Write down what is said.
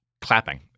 clapping